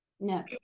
No